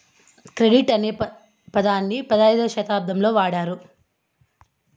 credit అనే పదాన్ని పదైధవ శతాబ్దంలోనే వాడారు